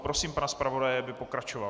Prosím pana zpravodaje, aby pokračoval.